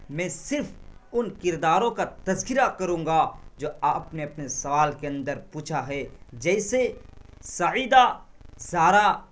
میں صرف ان کرداروں کا تذکرہ کروں گا جو آپ نے اپنے سوال کے اندر پوچھا ہے جیسے سعیدہ سارہ